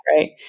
right